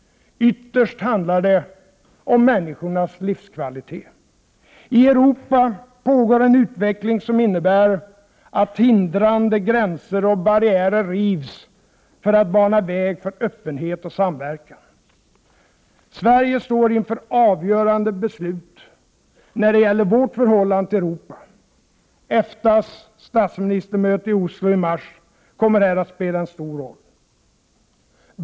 Ytterst handlar det om människornas livskvalitet. I Europa pågår en utveckling som innebär att hindrande gränser och barriärer rivs för att bana väg för öppenhet och samverkan. Sverige står inför avgörande beslut när det gäller förhållandet till Europa. EFTA:s statsministermöte i Oslo i mars kommer här att spela en stor roll.